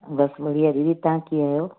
बसि बढ़िया दीदी तव्हां कीअं आहियो